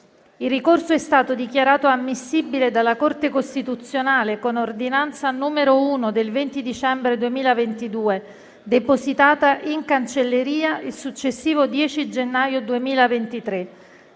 Il ricorso è stato dichiarato ammissibile dalla Corte costituzionale, con ordinanza n. 1 del 20 dicembre 2022, depositata in cancelleria il successivo 10 gennaio 2023.